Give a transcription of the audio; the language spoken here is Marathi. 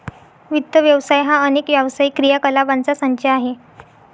वित्त व्यवसाय हा अनेक व्यावसायिक क्रियाकलापांचा संच आहे